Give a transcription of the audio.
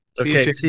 Okay